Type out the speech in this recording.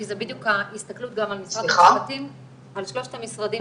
כי זה בדיוק ההסתכלות גם על שלושת המשרדים.